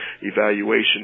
evaluation